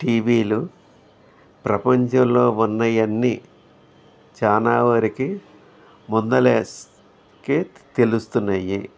టీవీలు ప్రపంచంలో ఉన్నవి అన్నీ చాలా వరకు ముందుగా కే తెలుస్తున్నాయి